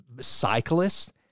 cyclists